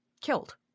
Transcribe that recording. killed